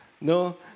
No